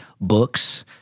books